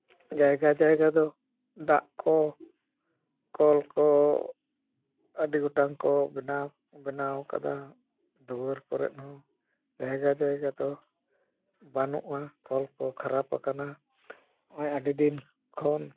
ᱡᱟᱭᱜᱟ ᱡᱟᱭᱟ ᱫᱚ ᱫᱟᱜ ᱠᱚ ᱠᱚᱞ ᱠᱚ ᱟᱹᱰᱤ ᱜᱚᱴᱟᱝ ᱠᱚ ᱵᱮᱱᱟᱣ ᱠᱟᱫᱟ ᱫᱩᱣᱟᱹᱨ ᱠᱚᱨᱮᱫ ᱦᱚᱸ ᱡᱟᱭᱜᱟ ᱡᱟᱭᱜᱟ ᱫᱚ ᱵᱟᱹᱱᱩᱜᱼᱟ ᱠᱚᱞ ᱠᱚ ᱠᱷᱟᱨᱟᱯ ᱟᱠᱟᱱᱟ ᱚᱱᱟ ᱟᱹᱰᱤ ᱫᱤᱱ ᱠᱷᱚᱱ